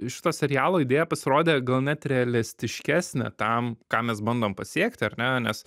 šito serialo idėja pasirodė gal net realistiškesnė tam ką mes bandom pasiekti ar ne nes